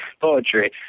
poetry